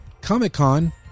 Comic-Con